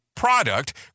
product